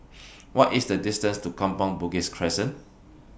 What IS The distance to Kampong Bugis Crescent